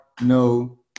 no